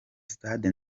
stade